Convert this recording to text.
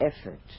effort